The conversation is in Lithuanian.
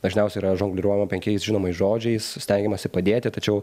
dažniausiai yra žongliruojama penkiais žinomais žodžiais stengiamasi padėti tačiau